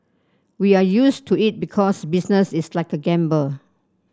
we are used to it because business is like a gamble